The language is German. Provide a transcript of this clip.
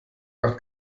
macht